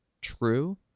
true